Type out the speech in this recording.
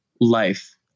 life